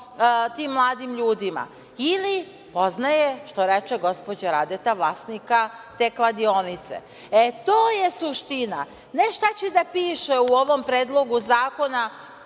tim mladim ljudima, ili poznaje, što reče gospođa Radeta, vlasnika te kladionice. To je suština, ne šta će da piše u ovom Predlogu zakona.